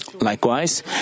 Likewise